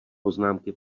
poznámky